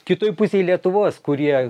kitoj pusėj lietuvos kurie